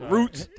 Roots